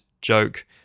joke